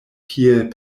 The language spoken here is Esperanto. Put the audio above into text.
kiel